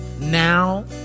now